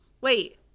Wait